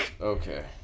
Okay